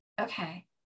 okay